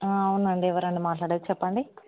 అవునండి ఎవరండి మాట్లాడేది చెప్పండి